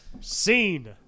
Scene